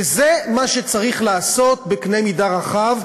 וזה מה שצריך לעשות בקנה מידה רחב,